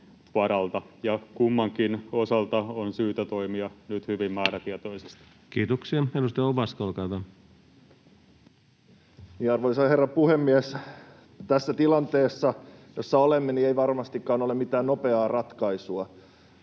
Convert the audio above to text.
ja kummankin osalta on syytä toimia nyt hyvin määrätietoisesti. Kiitoksia. — Edustaja Ovaska, olkaa hyvä. Arvoisa herra puhemies! Tässä tilanteessa, jossa olemme, ei varmastikaan ole mitään nopeaa ratkaisua.